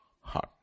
heart